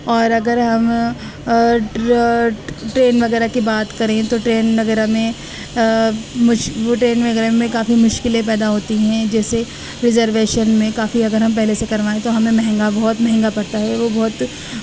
اور اگر ہم ٹرین وغیرہ کی بات کریں تو ٹرین وغیرہ میں وہ ٹرین وغیرہ میں کافی مشکلیں پیدا ہوتی ہیں جیسے رزوویشن میں کافی اگر ہم پہلے سے کروائیں تو ہمیں مہنگا بہت مہنگا پڑتا ہے وہ بہت